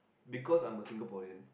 because I'm a Singaporean